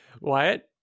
Wyatt